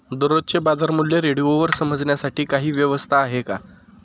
दररोजचे बाजारमूल्य रेडिओवर समजण्यासाठी काही व्यवस्था आहे का?